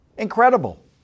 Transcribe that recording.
Incredible